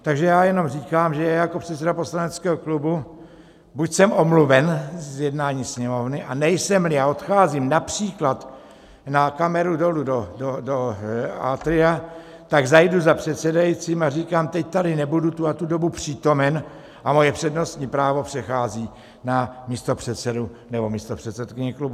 Takže já jenom říkám, že já jako předseda poslaneckého klubu buď jsem omluven z jednání Sněmovny, a nejsemli a odcházím například na kameru dolů do Atria, tak zajdu za předsedajícím a říkám: Teď tady nebudu tu a tu dobu přítomen a moje přednostní právo přechází na místopředsedu nebo místopředsedkyni klubu.